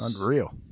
Unreal